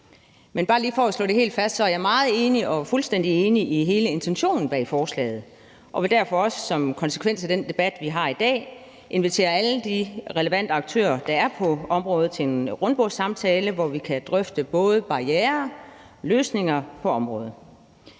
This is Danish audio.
Men bare lige for at slå det helt fast er jeg fuldstændig enig i hele intentionen bag forslaget, og jeg vil derfor også som konsekvens af den debat, vi har i dag, invitere alle de relevante aktører, der er på området, til en rundbordssamtale, hvor vi kan drøfte både barrierer og løsninger på området.